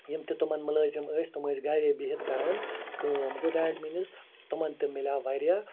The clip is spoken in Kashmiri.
یِم تہِ تِمن ملٲزِم ٲسۍ تِم ٲسۍ گَرے بِہتھ کَران کٲم گوٚو دیٹ میٖنٕز تِمن تہِ مِلیو وارِیاہ